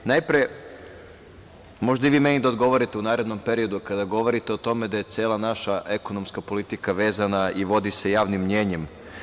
Najpre, možda i vi meni da odgovorite u narednom periodu kada govorite o tome da je cela naša ekonomska politika vezana i vodi se javnim mnjenjem.